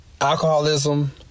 alcoholism